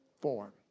form